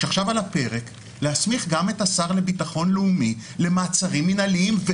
כשעכשיו על הפרק להסמיך גם את השר לביטחון לאומי למעצרים מינהליים,